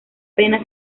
pena